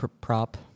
prop